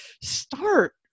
start